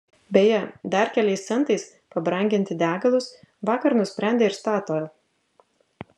beje dar keliais centais pabranginti degalus vakar nusprendė ir statoil